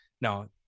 now